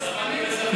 אז למה אתם, ?